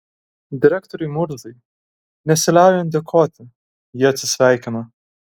direktoriui murzai nesiliaujant dėkoti ji atsisveikino